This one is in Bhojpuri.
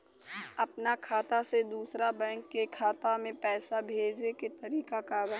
अपना खाता से दूसरा बैंक के खाता में पैसा भेजे के तरीका का बा?